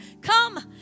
Come